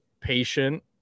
patient